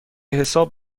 حساب